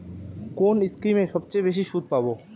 কোন স্কিমে সবচেয়ে বেশি সুদ পাব?